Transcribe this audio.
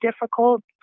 difficult